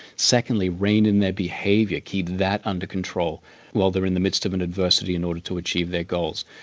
secondly reign in their behaviour, keep that under control while they're in the midst of an adversity in order to achieve their goals.